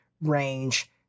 range